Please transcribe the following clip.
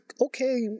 okay